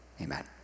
Amen